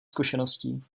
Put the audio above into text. zkušeností